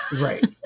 right